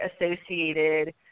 associated